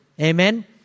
Amen